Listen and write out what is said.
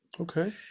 Okay